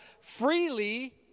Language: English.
freely